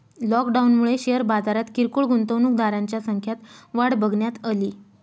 लॉकडाऊनमुळे शेअर बाजारात किरकोळ गुंतवणूकदारांच्या संख्यात वाढ बघण्यात अली